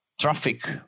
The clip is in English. traffic